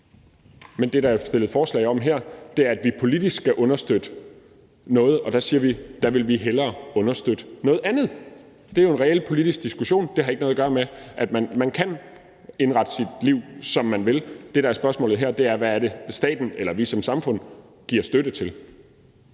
men det, der er fremsat forslag om her, er, at vi politisk skal understøtte noget, og der siger vi, at vi hellere vil understøtte noget andet. Det er jo en reel politisk diskussion. Det har ikke noget at gøre med, at man kan indrette sit liv, som man vil – det, der er spørgsmålet her, er, hvad staten eller vi som samfund giver støtte til.